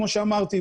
כמו שאמרתי,